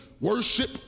worship